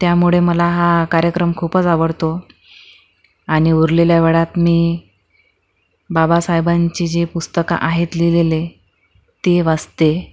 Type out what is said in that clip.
त्यामुळे मला हा कार्यक्रम खूपच आवडतो आणि उरलेल्या वेळात मी बाबासाहेबांची जी पुस्तकं आहेत लिहिलेले ती वाचते